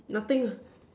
nothing ah